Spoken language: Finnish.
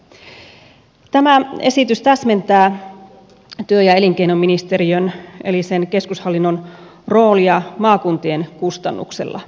tämä esitys täsmentää työ ja elinkeinoministeriön eli sen keskushallinnon roolia maakuntien kustannuksella